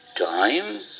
Time